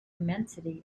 immensity